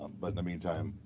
but in the meantime,